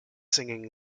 singing